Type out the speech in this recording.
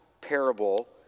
parable